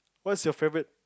what's your favourite